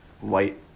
white